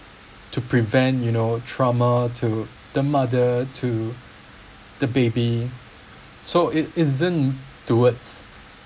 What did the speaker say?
to prevent you know trauma to the mother to the baby so it it isn't towards